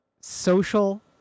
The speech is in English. social